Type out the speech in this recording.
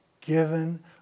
given